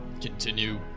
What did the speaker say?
Continue